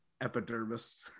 epidermis